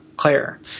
Claire